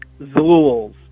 Zools